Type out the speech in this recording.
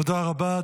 תודה רבה.